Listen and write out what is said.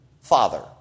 father